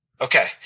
Okay